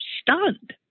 stunned